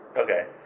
Okay